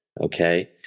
okay